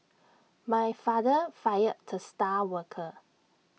my father fired the star worker